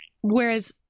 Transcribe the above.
Whereas